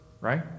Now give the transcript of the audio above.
right